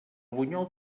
bunyol